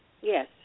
Yes